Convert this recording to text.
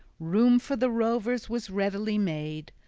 room for the rovers was readily made.